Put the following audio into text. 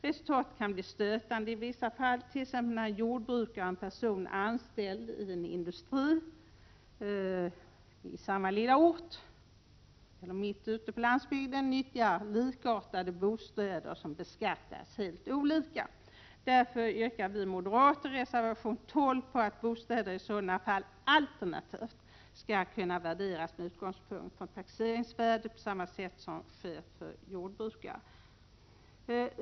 Resultatet kan bli stötande i vissa fall, t.ex. när en jordbrukare och en person anställd vid en industri i samma lilla ort eller mitt ute på landsbygden nyttjar likartade bostäder men beskattas helt olika. Därför yrkar vi moderater i reservation 12 på att bostäder i sådana fall alternativt skall kunna värderas med utgångspunkt i taxeringsvärdet på samma sätt som sker för jordbrukare.